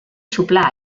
xuplar